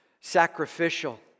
sacrificial